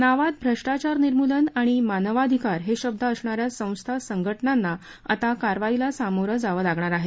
नावात भ्रष्टाचार निर्मूलन आणि मानवाधिकार हे शब्द असणाऱ्या संस्था संघटनांना आता कारवाईला सामोरं जावं लागणार आहे